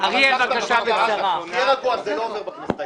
תהיה רגוע, זה לא עובר בכנסת העשרים.